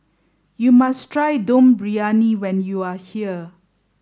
you must try Dum Briyani when you are here